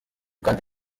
kandi